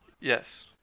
Yes